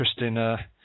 interesting